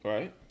Right